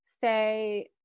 say